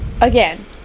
again